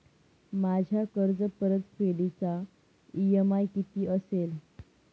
माझ्या कर्जपरतफेडीचा इ.एम.आय किती असेल?